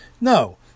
No